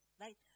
right